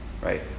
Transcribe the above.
Right